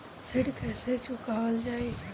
ऋण कैसे चुकावल जाई?